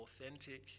authentic